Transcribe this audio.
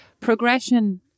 progression